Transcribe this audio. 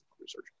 research